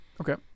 okay